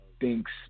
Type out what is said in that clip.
thinks